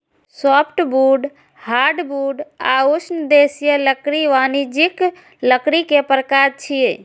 softwood, hardwood आ उष्णदेशीय लकड़ी वाणिज्यिक लकड़ी के प्रकार छियै